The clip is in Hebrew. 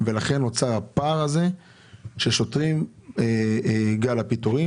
ולכן נוצר הפער הזה ושוטרים מגיעים להתפטרות.